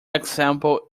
example